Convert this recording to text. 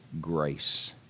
grace